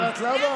את יודעת למה?